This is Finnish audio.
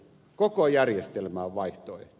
koko järjestelmään vaihtoehto